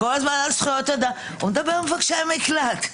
בואו נדבר על מבקשי המקלט.